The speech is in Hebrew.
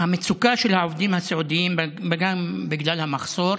המצוקה של עובדי הסיעוד היא גם בגלל המחסור,